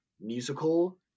musical